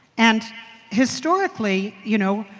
and historically, you know,